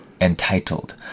entitled